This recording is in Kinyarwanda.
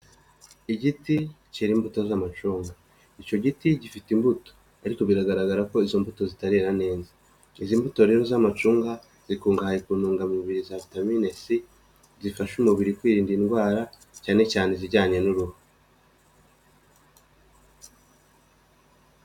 Igiti cyera imbuto z'amacunga, icyo giti gifite imbuto ariko biragaragara ko izo mbuto zitarera neza, izi mbuto rero z'amacunga zikungahaye ku ntungamubiri za vitamini C zifasha umubiri kwirinda indwara cyane cyane izijyanye n'uruhu.